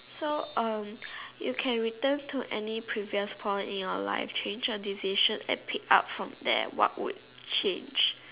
so um you can return to any previous point in your life change your decision and pick up from there what would change